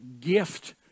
gift